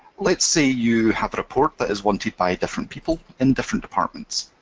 let's say you have a report that is wanted by different people in different departments,